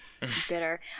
bitter